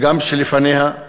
וגם בשנה שלפניה,